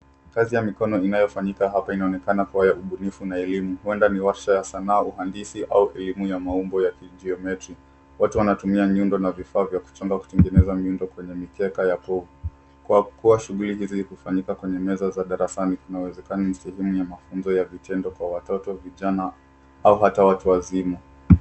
Kazi ya mikono inayofanyika hapa inaonekana kuwa ya ubunifu na elimu, huenda ni warsha ya sanaa, uhandisi, au elimu ya maumbo ya kijiometri. Watu wanatumia nyundo na vifaa vya kuchonga kutengeneza miundo kwenye mikeka ya povu, kwa kuwa shughuli hizi hufanyika kwenye meza za darasani, inawezeshana ni sehemu ya mafunzo ya vitendo kwa watoto, vijana, au hata watu wazima.